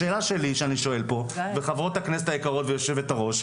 השאלה שלי שאני שואל פה וחברות הכנסת היקרות ויושבת הראש,